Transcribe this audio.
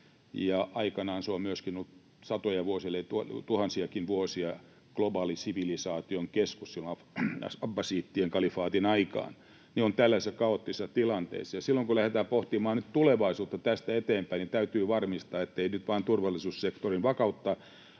aikanaan se on myöskin ollut satoja vuosia ellei tuhansiakin vuosia globaalin sivilisaation keskus silloin abbasidien kalifaatin aikaan — on tällaisessa kaoottisessa tilanteessa. Ja silloin, kun lähdetään pohtimaan nyt tulevaisuutta tästä eteenpäin, niin täytyy varmistaa, ettei nyt vain turvallisuussektorin kautta